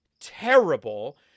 terrible